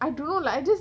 I don't know like I just